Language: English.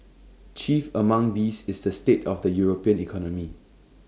chief among these is the state of the european economy